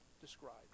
described